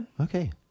Okay